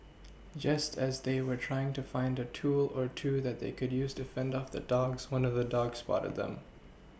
just as they were trying to find a tool or two that they could use to fend off the dogs one of the dogs spotted them